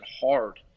hard